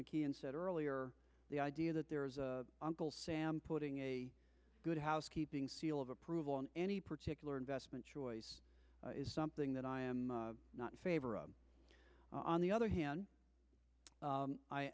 mckeon said earlier the idea that there is putting a good housekeeping seal of approval on any particular investment choice is something that i am not in favor of on the other hand